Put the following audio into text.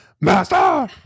master